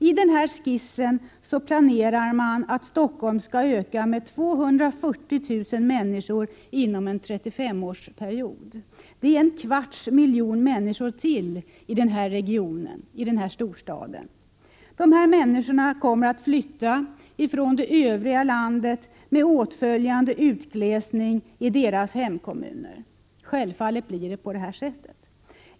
I denna skiss planerar man att Stockholm skall öka med 240 000 människor under en 35-årsperiod. Det innebär ytterligare en kvarts miljon människor i den här storstaden. Dessa människor kommer att flytta från det övriga landet med åtföljande utglesning i deras hemkommuner — självfallet blir det så.